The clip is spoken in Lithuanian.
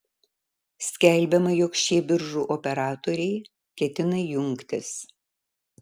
skelbiama jog šie biržų operatoriai ketina jungtis